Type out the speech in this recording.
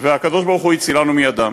והקדוש-ברוך-הוא הצילנו מידם.